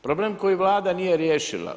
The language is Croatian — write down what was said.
Problem koji Vlada nije riješila.